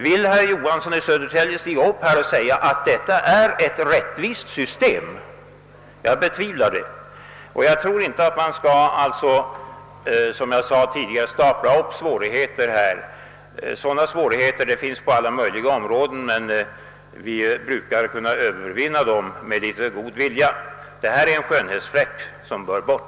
Vill herr Johansson i Södertälje stiga upp här och säga att detta är ett rättvist system? Jag betvivlar det och tror inte, som jag tidigare sade, att man skall stapla upp svårigheter. Svårigheter finns på alla möjliga områden, men vi brukar kunna övervinna dem med litet god vilja. Här är det fråga om en skönhetsfläck som bör tas bort.